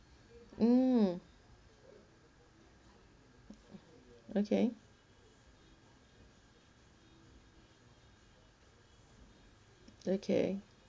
mm okay okay